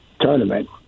tournament